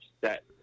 set